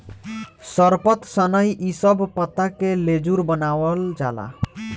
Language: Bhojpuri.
सरपत, सनई इ सब पत्ता से लेजुर बनावाल जाला